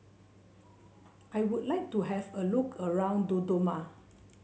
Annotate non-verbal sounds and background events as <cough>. <noise> I would like to have a look around Dodoma